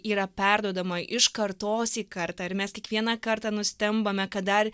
yra perduodama iš kartos į kartą ir mes kiekvieną kartą nustembame kad dar